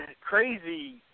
crazy